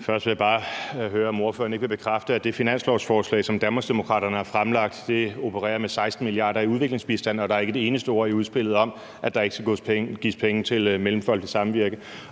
Først vil jeg bare høre, om ordføreren ikke vil bekræfte, at det finanslovsforslag, som Danmarksdemokraterne har fremlagt, opererer med 16 mia. kr. i udviklingsbistand, og at der ikke er et eneste ord i udspillet om, at der ikke skal gives penge til Mellemfolkeligt Samvirke.